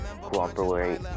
cooperate